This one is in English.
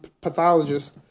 pathologist